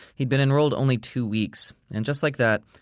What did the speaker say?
he'd been enrolled only two weeks. and just like that,